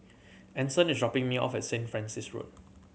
Anson is dropping me off at Saint Francis Road